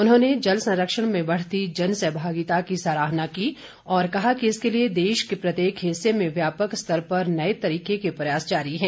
उन्होंने जल संरक्षण में बढ़ती जनभागिता की सराहना की और कहा कि इसके लिए देश के प्रत्येक हिस्से में व्यापक स्तर पर नए तरीके के प्रयास जारी हैं